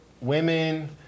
women